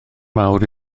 mawr